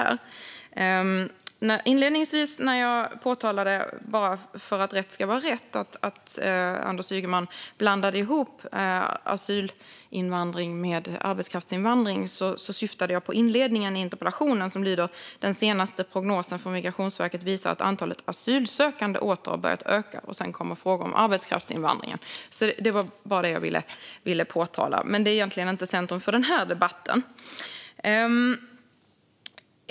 För att rätt ska vara rätt: När jag inledningsvis påtalade att Anders Ygeman blandat ihop asylinvandring med arbetskraftsinvandring syftade jag på inledningen av interpellationen, som lyder: "Den senaste prognosen från Migrationsverket visar att antalet asylsökande åter har börjat öka." Sedan kommer frågor om arbetskraftsinvandringen. Det var bara det jag ville påtala. Men det är egentligen inte i centrum för den här debatten.